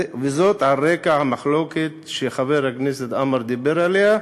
וזאת על רקע המחלוקת שחבר הכנסת עמאר דיבר עליה,